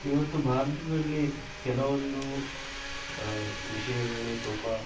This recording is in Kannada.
ಇವತ್ತು ಭಾರತದಲ್ಲಿ ಕೆಲವೊಂದು ವಿಷಯಗಳು ತುಂಬ